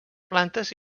plantes